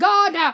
God